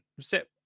Set